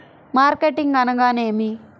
Marketing అనగానేమి?